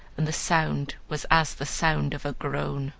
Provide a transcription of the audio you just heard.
and the sound was as the sound of a groan.